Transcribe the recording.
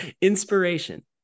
inspiration